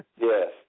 Yes